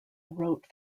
wrote